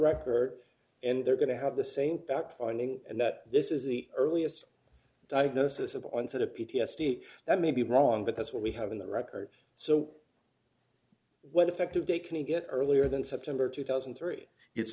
records and they're going to have the same fact finding and that this is the earliest diagnosis of onset of p t s d that may be wrong but that's what we have in the records so what effective date can you get earlier than september two thousand and three it's